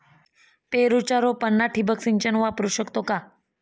पेरूच्या रोपांना ठिबक सिंचन वापरू शकतो का?